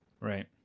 Right